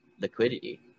liquidity